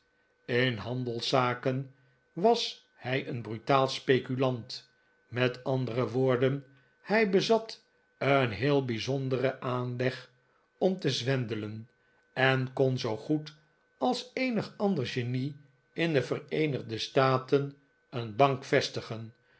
in handelszaken was hij een brutaal speculant met andere woorden hij bezat een heel bijzonderen aanleg om te zwendelen en kon zoogoed als eenig ander genie in de vereenigde staten een bank vestigen